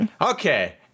Okay